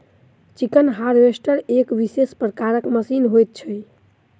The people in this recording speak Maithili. चिकन हार्वेस्टर एक विशेष प्रकारक मशीन होइत छै